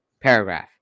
Paragraph